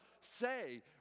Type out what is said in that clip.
say